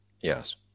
Yes